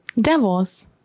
Devils